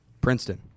Princeton